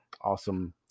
awesome